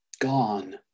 Gone